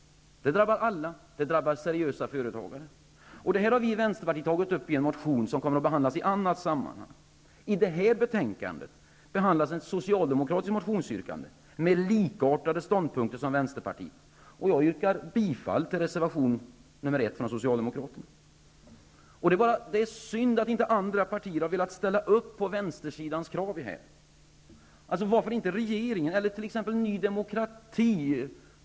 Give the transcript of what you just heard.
Detta drabbar alla, inkl. Detta har Vänsterpartiet tagit upp i en motion som kommer att behandlas i annat sammanhang. I dagens betänkande behandlas ett socialdemokratiskt motionsyrkande med likartade ståndpunkter som Vänsterpartiets, och jag yrkar bifall till reservation nr 1 från Socialdemokraterna. Det är synd att inte andra partier velat ställa upp på vänstersidans krav. Det gäller både regeringen och Ny demokrati.